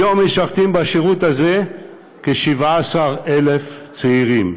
היום משרתים בשירות הזה כ-17,000 צעירים.